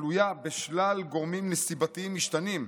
תלויה בשלל גורמים נסיבתיים משתנים.